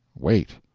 weight.